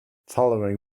following